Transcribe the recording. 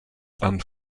and